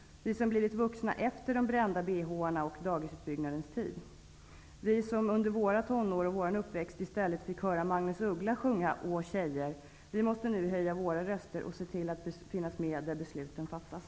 Vi som blivit vuxna efter de brända bh:arnas och dagisutbyggnadens tid, vi som under våra tonår och under vår uppväxt i stället fick höra Magnus Uggla sjunga ''Åh, tjejer'' måste nu höja våra röster och se till att vi är med när besluten fattas.